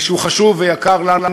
שהוא חשוב ויקר לנו,